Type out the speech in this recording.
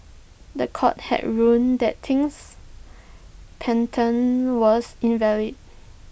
The Court had ruled that Ting's patent was invalid